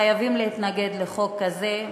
חייבים להתנגד לחוק הזה,